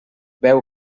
veu